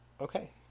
Okay